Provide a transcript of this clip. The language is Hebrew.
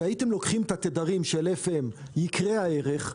שהייתם לוקחים את התדרים של FM יקרי הערך,